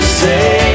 say